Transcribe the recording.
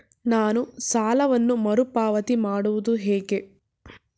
ನಾನು ಸಾಲವನ್ನು ಮರುಪಾವತಿ ಮಾಡುವುದು ಹೇಗೆ?